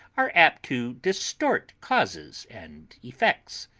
are apt to distort causes and effects.